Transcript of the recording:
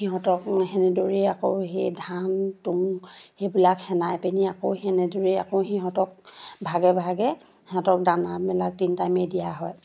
সিহঁতক সেনেদৰেই আকৌ সেই ধান তুঁহ সেইবিলাক সানি পেনি আকৌ সেনেদৰেই আকৌ সিহঁতক ভাগে ভাগে সিহঁতক দানামবিলাক তিনি টাইমেই দিয়া হয়